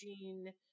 gene